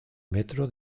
metro